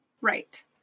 right